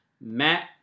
Matt